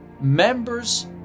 members